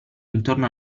intorno